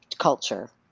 culture